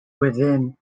within